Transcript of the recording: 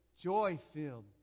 joy-filled